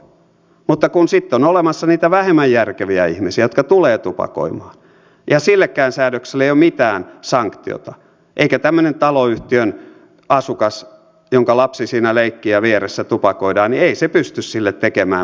mutta sitten on olemassa niitä vähemmän järkeviä ihmisiä jotka tulevat tupakoimaan ja sillekään säädökselle ei ole mitään sanktiota eikä tämmöinen taloyhtiön asukas jonka lapsi siinä leikkii ja vieressä tupakoidaan pysty sille tekemään mitään